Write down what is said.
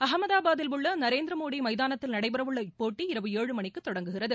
அகமதாபாத்தில் உள்ள நரேந்திரமோடி மைதானத்தில் நடைபெறவுள்ள இப்போட்டி இரவு ஏழு மணிக்கு தொடங்குகிறது